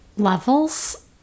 Levels